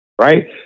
Right